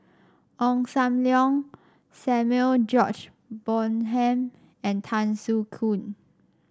Ong Sam Leong Samuel George Bonham and Tan Soo Khoon